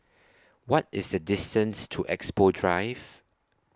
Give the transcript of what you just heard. What IS The distance to Expo Drive